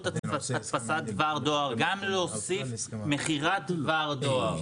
הדפסת דבר דואר" גם להוסיף "מכירת דבר דואר".